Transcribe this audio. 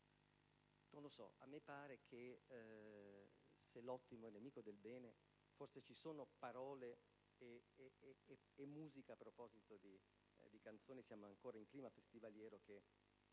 Non so, a me pare che, se l'ottimo è nemico del bene, forse ci sono parole e musica, a proposito di canzoni (siamo ancora in clima festivaliero), che